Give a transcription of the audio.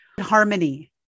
Harmony